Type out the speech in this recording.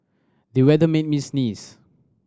the weather made me sneeze